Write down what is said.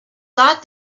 thought